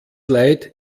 leid